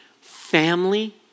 family